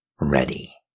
ready